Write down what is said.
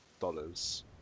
dollars